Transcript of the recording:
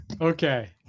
Okay